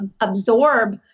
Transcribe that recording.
absorb